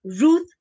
Ruth